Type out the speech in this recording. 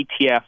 ETF